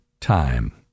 time